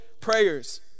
prayers